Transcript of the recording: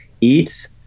eats